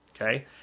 okay